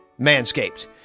Manscaped